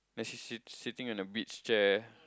then she's she sitting on a beach chair